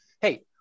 Hey